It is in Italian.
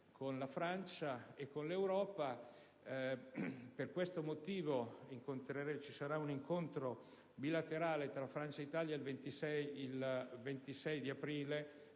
con la Francia e con l'Europa. Per questo motivo, ci sarà un incontro bilaterale tra Francia e Italia il 26 aprile,